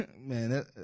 man